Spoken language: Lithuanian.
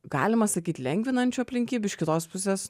galima sakyt lengvinančių aplinkybių iš kitos pusės